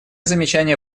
замечание